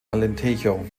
alentejo